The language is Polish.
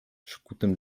przykutym